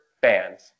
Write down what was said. fans